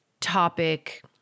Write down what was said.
topic